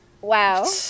Wow